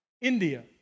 India